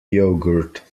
yogurt